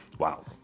Wow